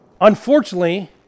Unfortunately